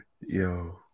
Yo